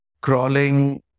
crawling